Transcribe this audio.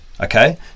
okay